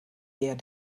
der